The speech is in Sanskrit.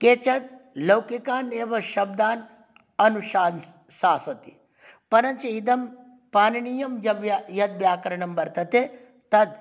केचन् लौकिकान् एव शब्दान् अनुशास्ति परञ्च इदं पाणिनीयं यः व्या यद् व्याकरणं वर्तते